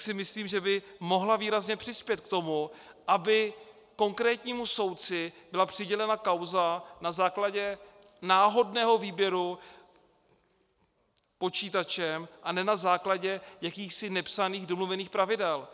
by myslím mohla výrazně přispět k tomu, aby konkrétnímu soudci byla přidělena kauza na základě náhodného výběru počítačem a ne na základě jakýchsi nepsaných domluvených pravidel.